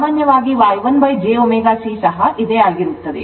ಸಾಮಾನ್ಯವಾಗಿ Y1j ωC ಇದೇ ಆಗಿರುತ್ತದೆ